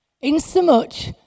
Insomuch